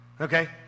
okay